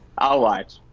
i'll watch,